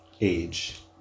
age